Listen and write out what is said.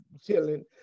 chilling